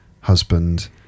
husband